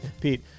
Pete